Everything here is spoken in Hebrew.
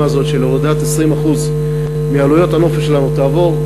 הזאת של הורדת 20% מעלויות הנופש שלנו תעבור,